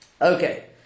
Okay